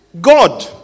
God